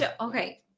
Okay